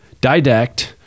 didact